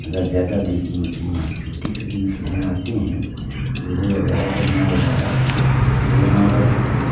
अगर ज़्यादा दिन की मछलियां है छोटी छोटी मछलियां आती हैं रोहू वगेरह पटना वगेरह तो यहाँ अगर